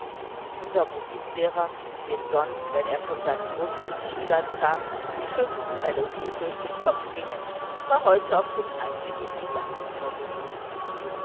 unser musiklehrer dem sonst wenn er von seinen russischen schülern kam die schönsten melodien durch den kopf gingen war heute auf dem heimweg in